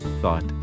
thought